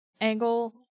angle